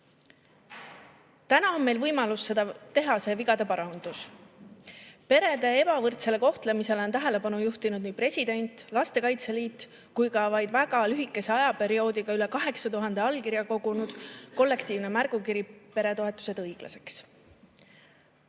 Täna on meil võimalus teha see vigade parandus. Perede ebavõrdsele kohtlemisele on tähelepanu juhtinud nii president, Lastekaitse Liit kui ka vaid väga lühikese ajaperioodiga üle 8000 allkirja kogunud kollektiivne märgukiri "Peretoetused õiglaseks!".